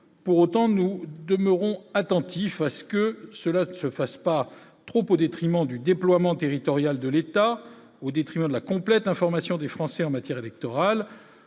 Pour autant, nous demeurons attentifs à ce que cela se fasse pas trop au détriment du déploiement territorial de l'État au détriment de la complète information des Français en matière électorale,